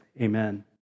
Amen